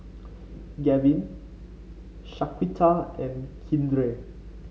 Gavin Shaquita and Keandre